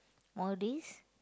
all these